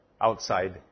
outside